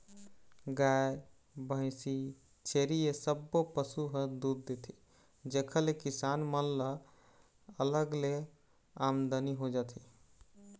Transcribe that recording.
गाय, भइसी, छेरी ए सब्बो पशु ह दूद देथे जेखर ले किसान मन ल अलग ले आमदनी हो जाथे